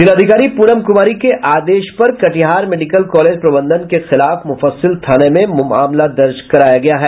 जिलाधिकारी पूनम कुमारी के आदेश पर कटिहार मेडिकल कॉलेज प्रबंधन के खिलाफ मुफ्फसिल थाना में मामला दर्ज कराया गया है